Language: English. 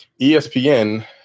ESPN